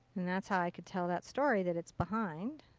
and that's how i can tell that story, that it's behind.